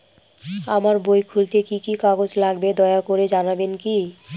আমার বই খুলতে কি কি কাগজ লাগবে দয়া করে জানাবেন কি?